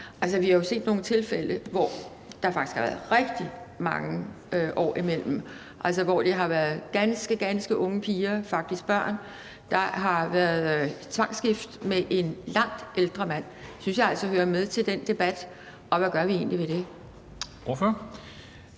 vi har jo set nogle tilfælde, hvor der faktisk har været rigtig mange år imellem, altså hvor det har været ganske, ganske unge piger, faktisk børn, der har været tvangsgift med en langt ældre mand. Det synes jeg altså hører med til den debat, og hvad gør vi egentlig ved det?